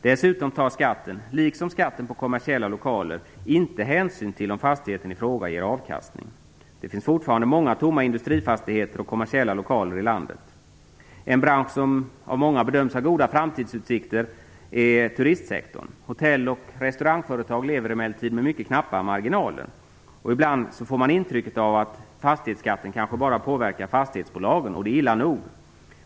Dessutom tar skatten, liksom skatten på kommersiella lokaler, inte hänsyn till om fastigheten ifråga ger avkastning. Det finns fortfarande många tomma industrifastigheter och kommersiella lokaler i landet. En bransch som av många bedöms ha goda framtidsutsikter är turistsektorn. Hotell och restaurangföretag lever emellertid med mycket knappa marginaler. Ibland får man intrycket av att fastighetsskatten endast påverkar fastighetsbolagen, och det är illa nog.